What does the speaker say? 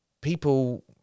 People